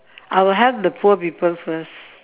I will help the poor people first